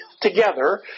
together